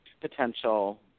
potential